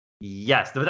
Yes